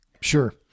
sure